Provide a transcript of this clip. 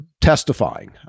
testifying